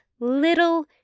Little